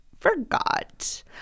forgot